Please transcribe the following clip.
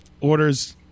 orders